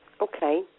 Okay